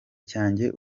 cyanjye